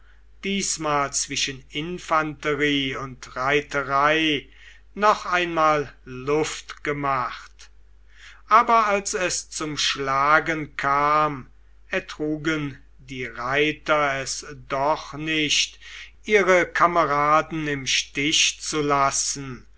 diesmal zwischen infanterie und reiterei noch einmal luft gemacht aber als es zum schlagen kam ertrugen die reiter es doch nicht ihre kameraden im stich zu lassen